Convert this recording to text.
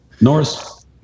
Norris